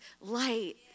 light